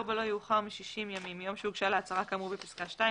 לא יאוחר מ-60 ימים מיום שהוגשה לה הצהרה כאמור בפסקה (2),